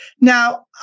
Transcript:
Now